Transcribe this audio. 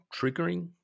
triggering